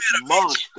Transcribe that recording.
monster